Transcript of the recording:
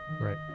Right